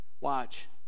Watch